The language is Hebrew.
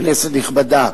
כנסת נכבדה,